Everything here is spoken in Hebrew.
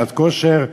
"גלאט כשר",